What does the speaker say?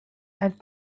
and